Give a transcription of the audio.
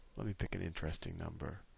let me pick an interesting number.